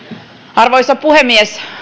arvoisa puhemies